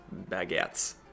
baguettes